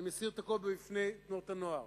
אני מסיר את הכובע בפני תנועות הנוער